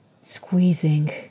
squeezing